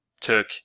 took